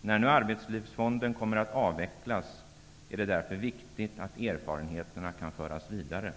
När nu Arbetslivsfonden kommer att avvecklas är det viktigt att erfarenheterna kan föras vidare.